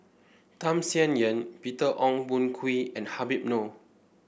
Tham Sien Yen Peter Ong Boon Kwee and Habib Noh